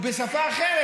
ובשפה אחרת,